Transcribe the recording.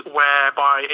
whereby